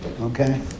Okay